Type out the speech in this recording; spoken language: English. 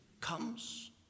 comes